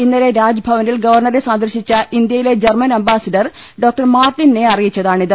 ഇന്നലെ രാജ്ഭവനിൽ ഗവർണറെ സ്ന്ദർശിച്ച ഇന്ത്യയിലെ ജർമ്മൻ അംബാസഡർ ഡോക്ടർ മാർട്ടിൻ നേ അറിയിച്ചതാണിത്